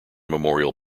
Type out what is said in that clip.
memorial